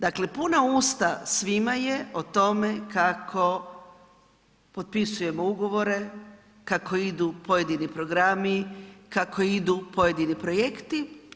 Dakle, puna usta svima je o tome kako potpisujemo ugovore, kako idu pojedini programi, kako idu pojedini projekti.